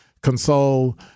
console